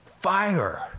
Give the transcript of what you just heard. Fire